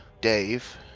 Dave